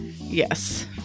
Yes